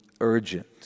urgent